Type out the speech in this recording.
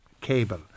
cable